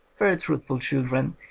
very truthful children,